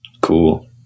Cool